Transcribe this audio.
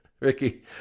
Ricky